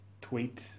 tweet